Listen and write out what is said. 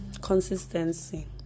consistency